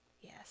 Yes